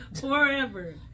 forever